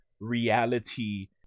reality